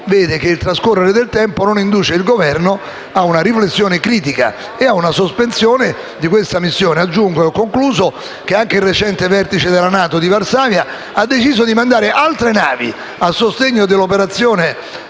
che il trascorrere del tempo non induce il Governo a una riflessione critica e a una sospensione della missione. Aggiungo, in conclusione, che anche il recente vertice della NATO a Varsavia ha deciso di mandare altre navi a sostegno dell'operazione